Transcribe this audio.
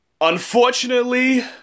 Unfortunately